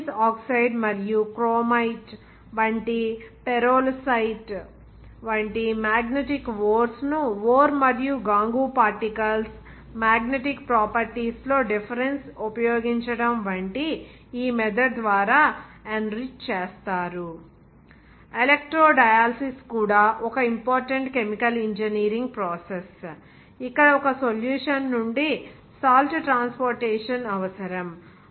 manganese oxide మరియు chromite వంటి pyrolusite వంటి మాగ్నెటిక్ ఓర్స్ ను ఓర్ మరియు గాంగూ పార్టికల్స్ మాగ్నెటిక్ ప్రాపర్టీస్ లో డిఫరెన్స్ ఉపయోగించడం వంటి ఈ మెథడ్ ద్వారా ఎన్రిచ్ చేస్తారు ఎలక్ట్రో డయాలసిస్ కూడా ఒక ఇంపార్టెంట్ కెమికల్ ఇంజనీరింగ్ ప్రాసెస్ ఇక్కడ ఒక సొల్యూషన్ నుండి సాల్ట్ ట్రాన్స్పోర్టేషన్అవసరం